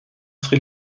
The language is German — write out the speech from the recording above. sri